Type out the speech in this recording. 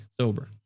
sober